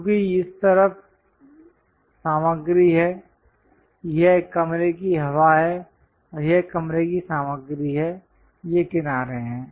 क्योंकि इस तरफ सामग्री है यह कमरे की हवा है और यह कमरे की सामग्री है ये किनारे हैं